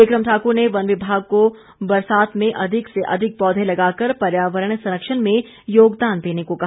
become Thakur ने वन विभाग को बरसात में अधिक से अधिक पौधे लगाकर पर्यावरण संरक्षण में योगदान देने को कहा